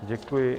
Děkuji.